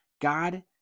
God